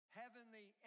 heavenly